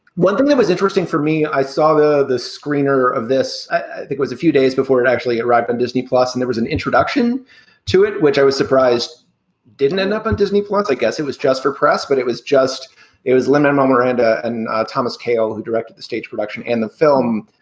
one thing that was interesting for me, i saw the the screener of this was a few days before it actually arrived at and disney plus and it was an introduction to it, which i was surprised didn't end up on disney. plus, i guess it was just for press, but it was just it was limited. my miranda and thomas kael, who directed the stage production and the film,